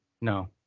No